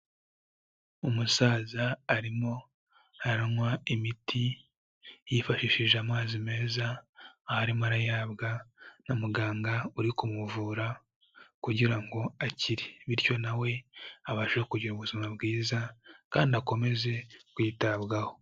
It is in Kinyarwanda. Umusaza arimo aranywa imiti yifashishije amazi meza, aho arimo arayihabwa na muganga uri kumuvura kugira ngo akire bityo na we abashe kugira ubuzima bwiza kandi akomeze kwitabwaho.